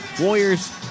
Warriors